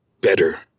better